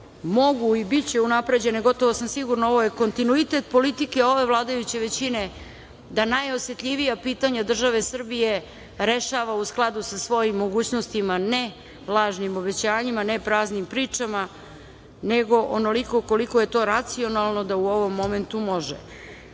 mogu i biće unapređene gotovo sam sigurna, ovo je kontinuitet politike ove vladajuće većine da najosetljivija pitanja države Srbije rešava u skladu sa svojim mogućnostima, ne lažnim obećanjima, ne praznim pričama, nego onoliko koliko je to racionalno da u ovom momentu